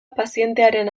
pazientearen